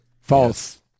false